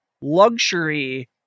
luxury